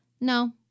No